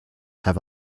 have